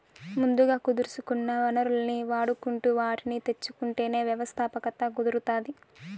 ముందుగా కుదుర్సుకున్న వనరుల్ని వాడుకుంటు వాటిని తెచ్చుకుంటేనే వ్యవస్థాపకత కుదురుతాది